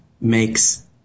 makes